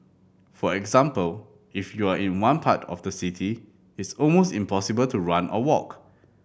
for example if you are in one part of the city it's almost impossible to run or walk